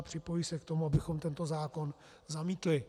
Připojují se k tomu, abychom tento zákon zamítli.